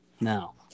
Now